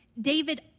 David